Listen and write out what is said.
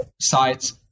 sites